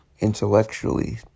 intellectually